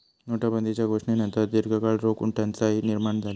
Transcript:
नोटाबंदीच्यो घोषणेनंतर दीर्घकाळ रोख टंचाई निर्माण झाली